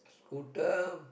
scooter